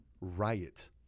riot